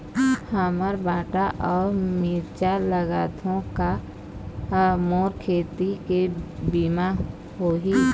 मेहर भांटा अऊ मिरचा लगाथो का मोर खेती के बीमा होही?